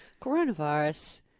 coronavirus